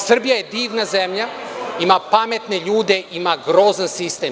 Srbija je divna zemlja, ima pametne ljude, ima grozan sistem.